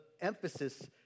emphasis